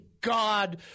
God